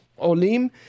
olim